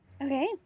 Okay